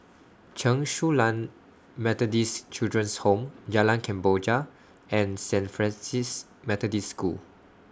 Chen Su Lan Methodist Children's Home Jalan Kemboja and Saint Francis Methodist School